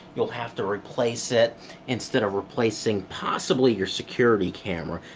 you'll have to replace it instead of replacing possibly your security camera.